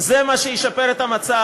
זה מה שישפר את המצב?